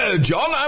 John